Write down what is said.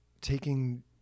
taking